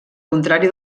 contrari